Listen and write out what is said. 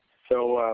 so,